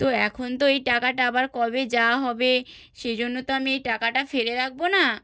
তো এখন তো এই টাকাটা আবার কবে যাওয়া হবে সেই জন্য তো আমি এই টাকাটা ফেলে রাখব না